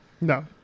No